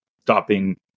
stopping